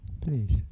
Please